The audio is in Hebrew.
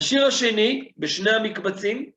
השיר השני בשני המקבצים